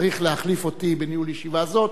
צריך להחליף אותי בניהול ישיבה זאת,